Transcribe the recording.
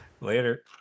later